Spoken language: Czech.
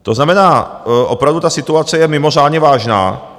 To znamená, opravdu ta situace je mimořádně vážná.